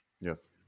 Yes